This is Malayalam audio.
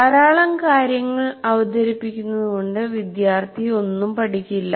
ധാരാളം കാര്യങ്ങൾ അവതരിപ്പിക്കുന്നത് കൊണ്ട് വിദ്യാർത്ഥി ഒന്നും പഠിക്കില്ല